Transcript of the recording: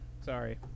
sorry